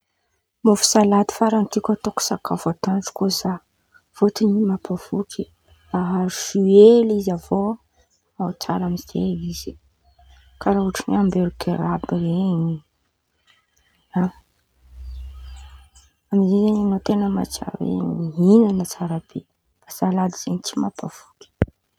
Mofo salady faran̈y tiako sakafo atoandra kô za fôtiny in̈y mampavoky, aharo zio hely izy avy eo ao tsara amizay izy karàha ôtran̈y oe ambergera àby ren̈y, ia, amin̈'in̈y zen̈y an̈ao ten̈a matsiaro mihin̈ana tsara be, salady zen̈y tsy mampavoky.